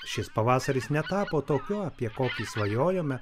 šis pavasaris netapo tokiu apie kokį svajojome